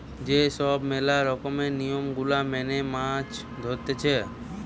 যে সব ম্যালা রকমের নিয়ম গুলা মেনে মাছ ধরতিছে